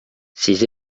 ces